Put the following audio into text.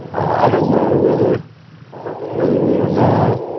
i don't know whether whether we are now